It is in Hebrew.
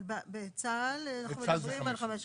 אבל בצה"ל אנחנו מדברים על חמש שנים.